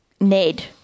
Ned